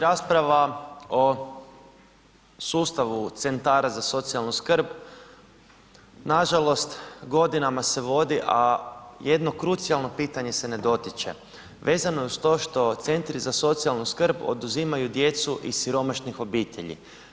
Rasprava o sustavu centara za socijalnu skrb, nažalost godinama se vodi, a jedno krucijalno pitanje se ne dotiče, vezano je uz to što centri za socijalnu skrb oduzimaju djecu iz siromašnih obitelji.